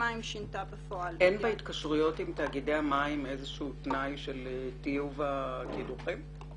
אין בהתקשרויות עם תאגידי המים איזשהו תנאי של טיוב הקידוחים?